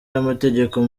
n’amategeko